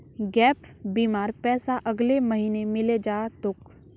gap बीमार पैसा अगले महीने मिले जा तोक